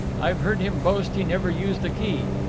i've heard him boast he never used a key.